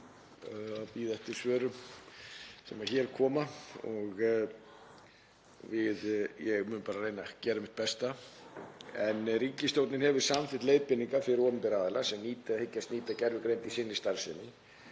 að bíða eftir svörum sem hér koma og ég mun reyna að gera mitt besta. Ríkisstjórnin hefur samþykkt leiðbeiningar fyrir opinbera aðila sem hyggjast nýta gervigreind í sinni starfsemi.